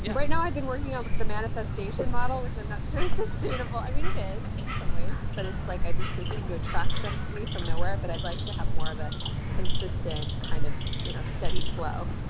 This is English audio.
yeah right now i've been working on with the manifestation model, which i'm not sure it's sustainable. i mean, it is in some ways, but it's like, i just seem to attract them to me from nowhere, but i'd like to have more of a consistent kind of you know steady flow.